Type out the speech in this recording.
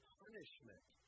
punishment